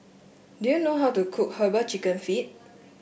do you know how to cook herbal chicken feet